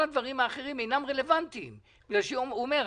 כל הדברים האחרים אינם רלוונטיים כי הוא אומר: